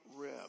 rib